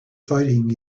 fighting